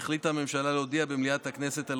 החליטה הממשלה להודיע במליאת הכנסת על